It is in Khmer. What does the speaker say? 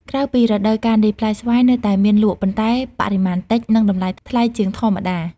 ក្រៅពីរដូវកាលនេះ ផ្លែស្វាយនៅតែមានលក់ ប៉ុន្តែបរិមាណតិច និងតម្លៃថ្លៃជាងធម្មតា។